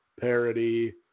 parody